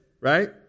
right